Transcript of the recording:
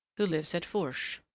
who lives at fourche.